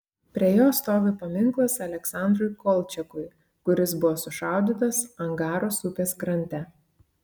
prie jo stovi paminklas aleksandrui kolčiakui kuris buvo sušaudytas angaros upės krante